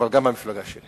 אבל גם המפלגה שלי